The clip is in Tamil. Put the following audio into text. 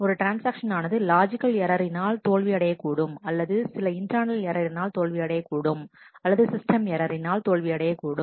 ஒரு ட்ரான்ஸ்ஆக்ஷன் ஆனது லாஜிக்கல் எரரினால் தோல்வி அடையக்கூடும் அல்லது சில இன்டனல் எரரினால் தோல்வி அடையக்கூடும் அல்லது சிஸ்டம் எரரினால் தோல்வி அடையக் கூடும்